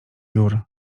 jur